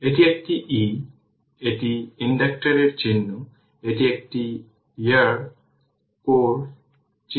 এটি একটি e এটি ইন্ডাক্টরের চিহ্ন এটি একটি এয়ার কোর চিত্রে লেখা হয়